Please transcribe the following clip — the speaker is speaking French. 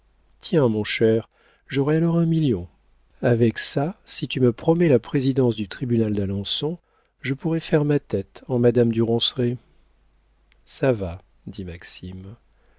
tiens mon cher j'aurais alors un million avec ça si tu me promets la présidence du tribunal d'alençon je pourrai faire ma tête en madame du ronceret ça va dit maxime